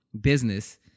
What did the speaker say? business